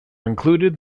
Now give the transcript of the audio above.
included